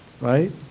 right